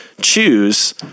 choose